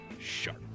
sharp